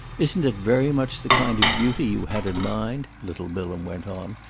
isn't it very much the kind of beauty you had in mind, little bilham went on,